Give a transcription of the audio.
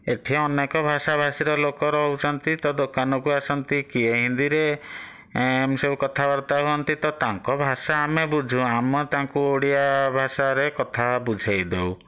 ଏଠି ଅନେକ ଭାଷାଭାଷିର ଲୋକ ରହୁଛନ୍ତି ତ ଦୋକାନକୁ ଆସନ୍ତି କିଏ ହିନ୍ଦୀରେ ଏମତି ସବୁ କଥାବାର୍ତ୍ତା ହୁଅନ୍ତି ତ ତାଙ୍କ ଭାଷା ଆମେ ବୁଝୁ ଆମ ତାଙ୍କୁ ଓଡ଼ିଆ ଭାଷାରେ କଥା ବୁଝାଇ ଦେଉ